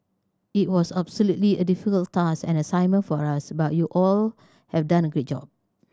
it was absolutely a difficult task and assignment for us but you all have done a great job